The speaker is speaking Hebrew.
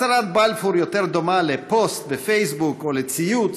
הצהרת בלפור יותר דומה לפוסט בפייסבוק או לציוץ.